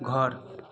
घर